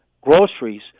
groceries